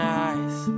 eyes